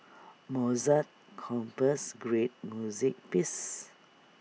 Mozart composed great music pieces